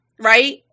right